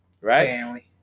Right